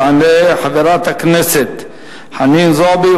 תעלה חברת הכנסת חנין זועבי,